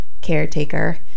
caretaker